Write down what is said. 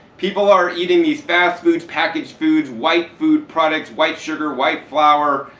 people are eating these fast foods, packaged foods, white food products, white sugar, white flour,